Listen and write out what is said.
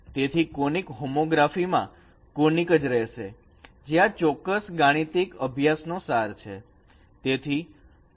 તેથી conic homography માં conic જ રહેશે જે આ ચોક્કસ ગાણિતિક અભ્યાસ નો સાર છે